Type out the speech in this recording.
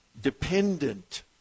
dependent